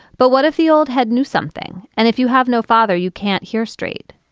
but what if the old had knew something? and if you have no father, you can't hear straight.